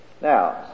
Now